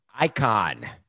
Icon